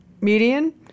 median